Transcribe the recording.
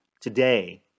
today